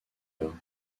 heure